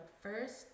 first